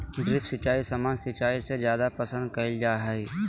drip सिंचाई सामान्य सिंचाई से जादे पसंद कईल जा हई